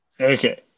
Okay